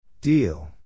Deal